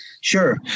Sure